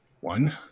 one